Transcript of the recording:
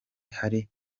hari